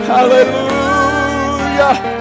Hallelujah